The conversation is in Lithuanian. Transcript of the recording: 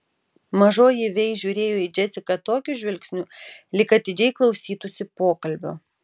mažoji vei žiūrėjo į džesiką tokiu žvilgsniu lyg atidžiai klausytųsi pokalbio